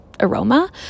aroma